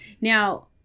Now